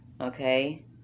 Okay